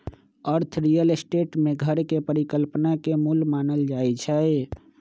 अर्थ real estate में घर के परिकल्पना के मूल मानल जाई छई